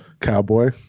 Cowboy